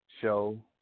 show